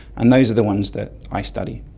and those are the ones that i study.